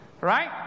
right